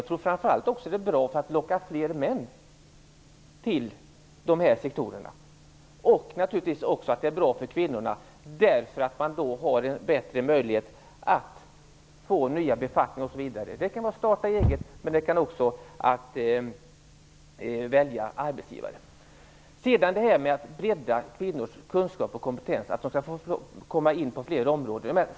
Jag tror framför allt att det är bra när det gäller att locka fler män till de här sektorerna. Men det är naturligtvis också bra för kvinnorna eftersom de får en bättre möjlighet att få nya befattningar osv. Det kan gälla att starta eget, men det kan också gälla att välja arbetsgivare. Sedan gäller det detta med att bredda kvinnors kunskap och kompetens så att de kan komma in på flera områden.